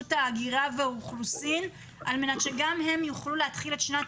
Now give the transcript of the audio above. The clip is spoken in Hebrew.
ההגירה והאוכלוסין על מנת שגם הם יוכלו להתחיל את שנת